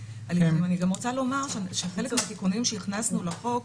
אני רוצה לומר שחלק מהתיקונים שהכנסנו לחוק,